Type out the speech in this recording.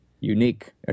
unique